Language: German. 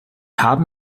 haben